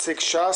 נציג ש"ס,